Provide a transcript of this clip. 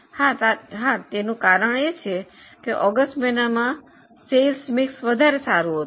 હા તેનું કારણ એ છે કે ઓગસ્ટ મહિનામાં વેચાણ મિશ્રણ વધુ સારું હતું